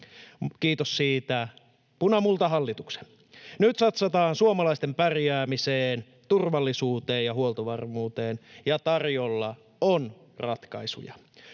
kiitos siitä punamultahallituksen. Nyt satsataan suomalaisten pärjäämiseen, turvallisuuteen ja huoltovarmuuteen, ja tarjolla on ratkaisuja.